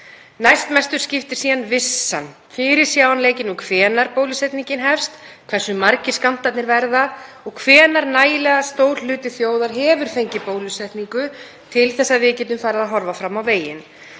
Næstmestu skiptir síðan vissan, fyrirsjáanleikinn um hvenær bólusetningin hefst, hversu margir skammtarnir verða og hvenær nægilega stór hluti þjóðar hefur fengið bólusetningu til að við getum farið að horfa fram á veginn.